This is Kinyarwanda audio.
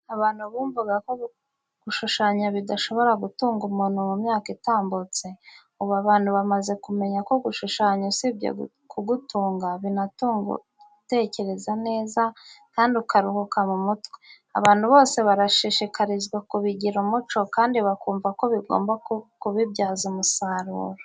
Abantu bumvaga ko gushushanya bidashobora gutunga umuntu mu myaka itambutse. Ubu abantu bamaze kumenya ko gushushanya usibye kugutunga, binatuma utekereza neza kandi ukaruhuka mu mutwe. Abantu bose barashishikarizwa kubigira umuco kandi bakumva ko bagomba kubibyaza umusaruro.